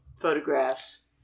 photographs